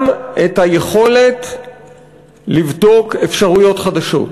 גם את היכולת לבדוק אפשרויות חדשות,